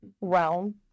realm